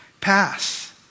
pass